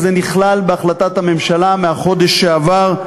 וזה נכלל בהחלטת הממשלה מהחודש שעבר,